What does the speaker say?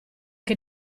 che